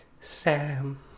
Sam